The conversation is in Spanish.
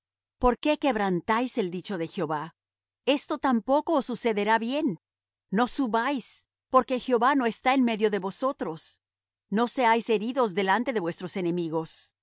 por qué quebrantáis el dicho de jehová esto tampoco os sucederá bien no subáis porque jehová no está en medio de vosotros no seáis heridos delante de vuestros enemigos